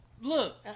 Look